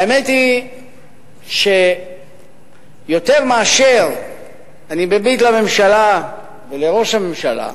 האמת היא שיותר מאשר אני מביט אל הממשלה ואל ראש הממשלה,